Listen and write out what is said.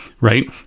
right